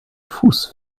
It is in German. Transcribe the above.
fuß